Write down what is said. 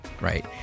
right